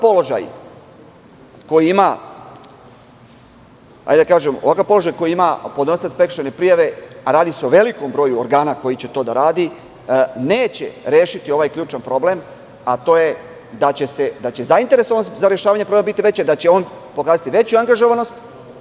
Mislimo da ovakav položaj koji ima podnosilac prekršajne prijave, radi se o velikom broju organa koji će to da radi, neće rešiti ovaj ključni problem, a to je da će zainteresovanost za rešavanje problema biti veća, da će on pokazati veću angažovanost.